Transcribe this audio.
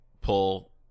pull